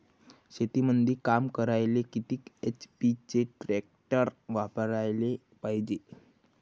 शेतीमंदी काम करायले किती एच.पी चे ट्रॅक्टर वापरायले पायजे?